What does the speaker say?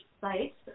sites